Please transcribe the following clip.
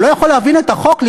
הוא לא יכול להבין את החוק,